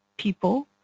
people